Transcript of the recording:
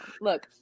look